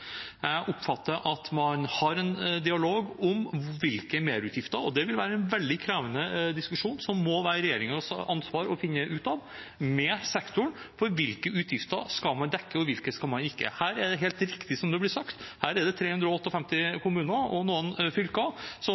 Jeg oppfatter at man har en dialog om merutgifter. Det vil være en veldig krevende diskusjon som må være regjeringens ansvar å finne ut av med sektoren, hvilke utgifter man skal dekke og ikke. Det er helt riktig som det blir sagt, at her er det 358 kommuner og noen fylker som